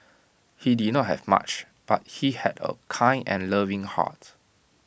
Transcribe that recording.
he did not have much but he had A kind and loving heart